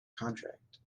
contract